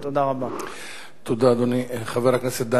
חבר הכנסת דני דנון, ואחריו,